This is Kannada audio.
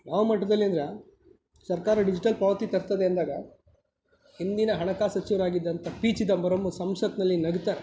ಯಾವ ಮಟ್ಟದಲ್ಲಿ ಅಂದರೆ ಸರ್ಕಾರಿ ಡಿಜಿಟಲ್ ಪಾವತಿ ತರ್ತದೆ ಅಂದಾಗ ಹಿಂದಿನ ಹಣಕಾಸು ಸಚಿವರಾಗಿದ್ದಂಥ ಪಿ ಚಿದಂಬರಮ್ ಸಂಸತ್ತಿನಲ್ಲಿ ನಗ್ತಾ